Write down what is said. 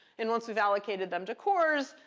and once we've allocated them to cores,